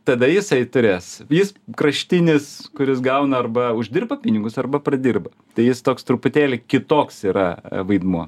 tada jisai turės jis kraštinis kuris gauna arba uždirba pinigus arba pradirba tai jis toks truputėlį kitoks yra vaidmuo